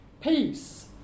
peace